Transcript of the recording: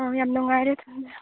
ꯑꯥ ꯌꯥꯝ ꯅꯨꯡꯉꯥꯏꯔꯦ ꯊꯝꯖꯔꯦ